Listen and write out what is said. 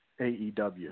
AEW